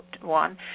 one